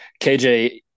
KJ